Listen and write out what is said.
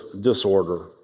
disorder